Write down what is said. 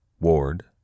Ward